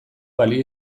balio